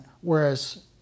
whereas